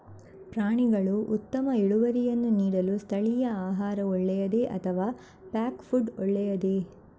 ಪ್ರಾಣಿಗಳು ಉತ್ತಮ ಇಳುವರಿಯನ್ನು ನೀಡಲು ಸ್ಥಳೀಯ ಆಹಾರ ಒಳ್ಳೆಯದೇ ಅಥವಾ ಪ್ಯಾಕ್ ಫುಡ್ ಒಳ್ಳೆಯದೇ?